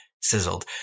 sizzled